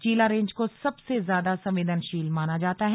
चीला range को सबसे ज्यादा संवेदनशील माना जाता है